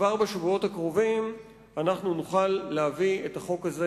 שכבר בשבועות הקרובים אנחנו נוכל להביא את החוק הזה